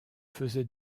faisaient